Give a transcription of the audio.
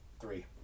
Three